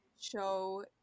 show